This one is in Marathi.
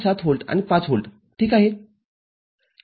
७ व्होल्ट आणि ५ व्होल्ट ठीक आहे